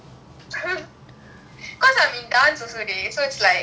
because I am in dance also they so it is like damn annoying